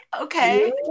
Okay